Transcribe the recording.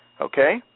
Okay